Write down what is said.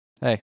Hey